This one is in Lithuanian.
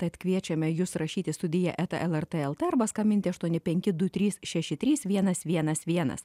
tad kviečiame jus rašyt į studija eta lrt lt arba skambinti aštuoni penki du trys šeši trys vienas vienas vienas